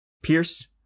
Pierce